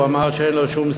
והוא אמר שאין לו שום שנאה.